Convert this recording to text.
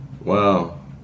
Wow